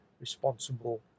responsible